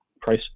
price